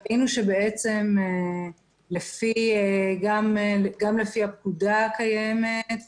ראינו שגם לפי הפקודה הקיימת,